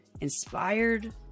inspired